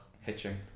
hitching